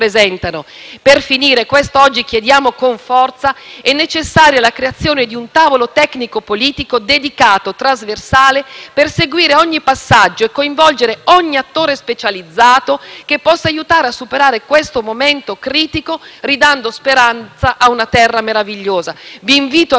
è necessaria la creazione di un tavolo tecnico-politico dedicato, trasversale, per seguire ogni passaggio e coinvolgere ogni attore specializzato che possa aiutare a superare questo momento critico, ridando speranza a una terra meravigliosa. Vi invito a venire a vedere con i vostri occhi; vi assicuro che vi verrà da piangere.